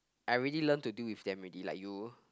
I really love to do if than really like you